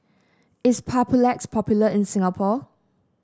is Papulex popular in Singapore